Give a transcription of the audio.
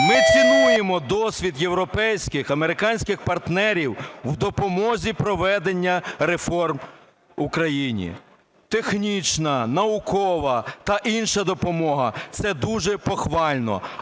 Ми цінуємо досвід європейських, американських партнерів в допомозі проведення реформ в Україні: технічна, наукова та інша допомога - це дуже похвально.